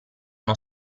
uno